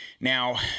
Now